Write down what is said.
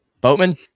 Boatman